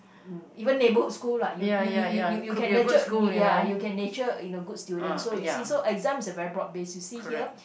even neighbourhood school like you you you you you you can nurtured ya you can nature in a good student so you see so exam is a very broad base you see here